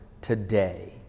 today